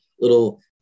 little